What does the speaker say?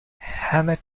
hammett